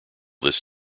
this